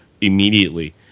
immediately